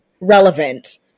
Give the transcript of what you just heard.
relevant